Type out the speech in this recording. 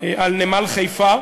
על נמל חיפה